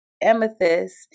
amethyst